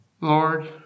Lord